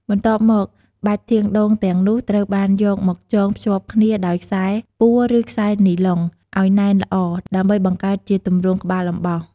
បន្ទាប់មកបាច់ធាងដូងទាំងនោះត្រូវបានយកមកចងភ្ជាប់គ្នាដោយខ្សែពួរឬខ្សែនីឡុង ឲ្យណែនល្អ ដើម្បីបង្កើតជាទម្រង់ក្បាលអំបោស។